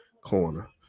corner